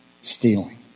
stealing